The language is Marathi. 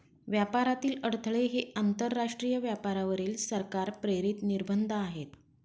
व्यापारातील अडथळे हे आंतरराष्ट्रीय व्यापारावरील सरकार प्रेरित निर्बंध आहेत